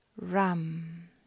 Ram